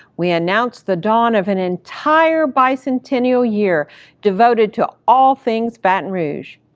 we announced the dawn of an entire bicentennial year devoted to all things baton rouge.